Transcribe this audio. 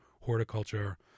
horticulture